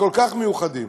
הכל-כך מיוחדים.